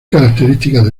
características